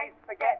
forget